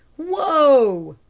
whoa!